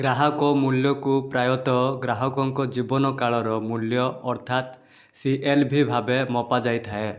ଗ୍ରାହକ ମୂଲ୍ୟକୁ ପ୍ରାୟତଃ ଗ୍ରାହକଙ୍କ ଜୀବନ କାଳର ମୂଲ୍ୟ ଅର୍ଥାତ୍ ସି ଏଲ୍ ଭି ଭାବେ ମପା ଯାଇଥାଏ